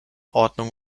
ordnung